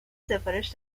سفارش